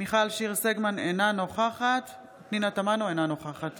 מיכל שיר סגמן, אינה נוכחת פנינה תמנו, אינה נוכחת